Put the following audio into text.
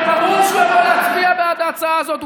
הרי ברור שהוא יבוא להצביע בעד ההצעה הזאת.